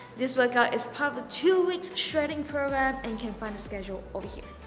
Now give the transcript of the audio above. this workout is part of two weeks shredding program and can find a schedule over here.